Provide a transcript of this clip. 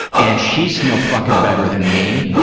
and she's no fucking better than me,